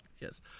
Yes